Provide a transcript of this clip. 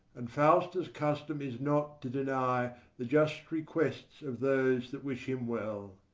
and faustus' custom is not to deny the just requests of those that wish him well,